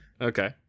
Okay